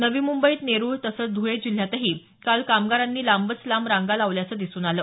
नवी मुंबईत नेरुळ तसंच धुळे जिल्ह्यातही काल कामगारांनी लांबच लांब रांगा लावल्याचं दिसून आलं